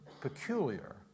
peculiar